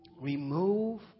Remove